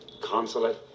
consulate